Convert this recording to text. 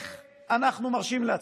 כי כשמדינה נלחמת במלחמה,